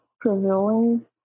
prevailing